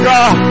God